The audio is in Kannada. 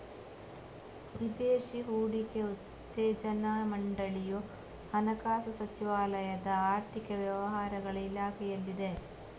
ವಿದೇಶಿ ಹೂಡಿಕೆ ಉತ್ತೇಜನಾ ಮಂಡಳಿಯು ಹಣಕಾಸು ಸಚಿವಾಲಯದ ಆರ್ಥಿಕ ವ್ಯವಹಾರಗಳ ಇಲಾಖೆಯಲ್ಲಿದೆ